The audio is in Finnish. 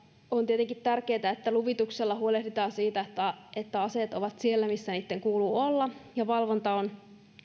on tietenkin tärkeätä että luvituksella huolehditaan siitä että aseet ovat siellä missä niitten kuuluu olla ja että valvonta on